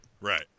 Right